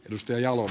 risto jalo